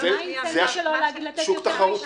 מה האינטרס שלו להגיד יותר?